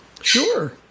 Sure